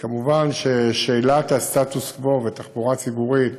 כמובן, שאלת הסטטוס קוו בתחבורה ציבורית